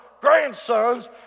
grandsons